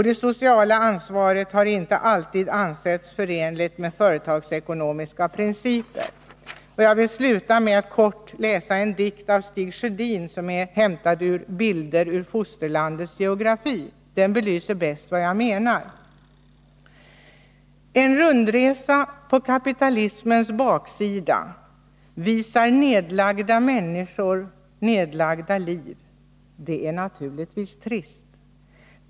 Det sociala ansvaret har inte alltid ansetts förenligt med företagsekonomiska principer. Jag vill sluta med att läsa en kort dikt av Stig Sjödin. Den är hämtad ur Bilder ur fosterlandets geografi. Den belyser bäst vad jag menar. En rundresa på kapitalismens baksida visar nedlagda människor, nedlagda liv. Det är naturligtvis trist.